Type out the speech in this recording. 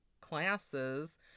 classes